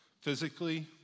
physically